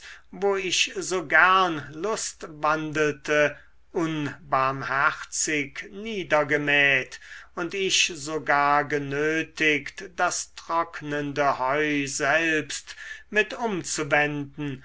wo ich so gern lustwandelte unbarmherzig niedergemäht und ich sogar genötigt das trocknende heu selbst mit umzuwenden